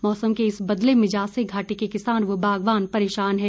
मौसम के इस बदले मिजाज से घाटी के किसान व बागवान परेशान हैं